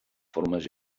formes